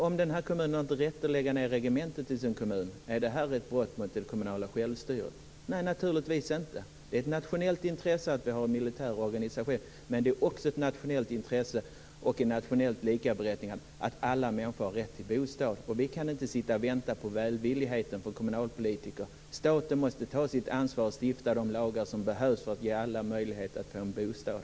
Om kommunen inte har rätt att lägga ned regementet i sin kommun, är det då ett brott mot det kommunala självstyret? Naturligtvis inte. Det är ett nationellt intresse att vi har en militär organisation. Det är också ett nationellt intresse och ett nationellt likaberättigande att alla människor har rätt till bostad. Vi kan inte vänta på välvilligheten från kommunalpolitiker. Staten måste ta sitt ansvar och stifta de lagar som behövs för att ge alla möjlighet att få en bostad.